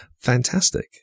Fantastic